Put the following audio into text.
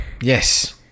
yes